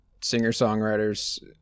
singer-songwriters